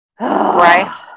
right